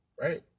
right